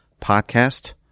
podcast